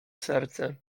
serce